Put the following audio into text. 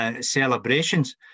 Celebrations